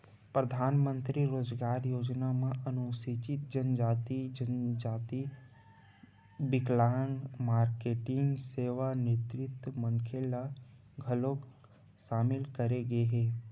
परधानमंतरी रोजगार योजना म अनुसूचित जनजाति, जनजाति, बिकलांग, मारकेटिंग, सेवानिवृत्त मनखे ल घलोक सामिल करे गे हे